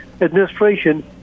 administration